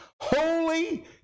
holy